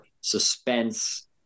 suspense